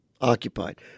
occupied